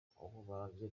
ubumanzi